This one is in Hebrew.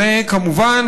וכמובן,